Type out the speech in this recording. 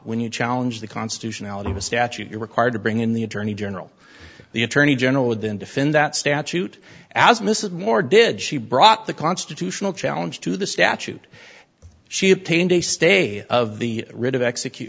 when you challenge the constitutionality of a statute you're required to bring in the attorney general the attorney general would then defend that statute as mrs moore did she brought the constitutional challenge to the statute she obtained a stay of the rid of execute